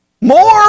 more